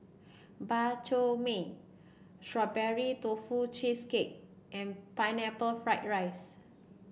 Bak Chor Mee Strawberry Tofu Cheesecake and Pineapple Fried Rice